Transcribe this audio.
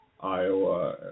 Iowa